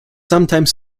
sometimes